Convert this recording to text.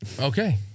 Okay